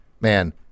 man